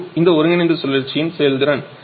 இது இந்த ஒருங்கிணைந்த சுழற்சியின் செயல்திறன்